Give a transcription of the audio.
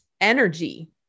energy